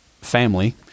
family